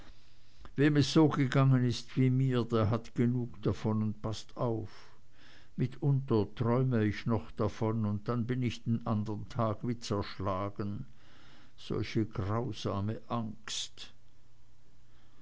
wem es so gegangen ist wie mir der hat genug davon und paßt auf mitunter träume ich noch davon und dann bin ich den andern tag wie zerschlagen solche grausame angst